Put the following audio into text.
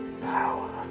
Power